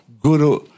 guru